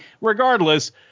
Regardless